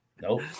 Nope